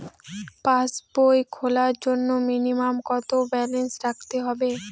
পাসবই খোলার জন্য মিনিমাম কত ব্যালেন্স রাখতে হবে?